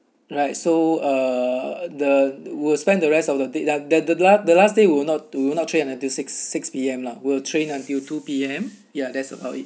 right so uh the we'll spend the rest of the day that the the the last day will not will not train until six six P_M lah will train until two P_M ya that's about it